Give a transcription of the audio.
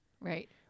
Right